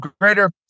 greater